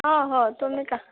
हो हो तुम्ही का